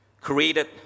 created